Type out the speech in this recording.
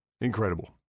Incredible